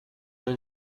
vien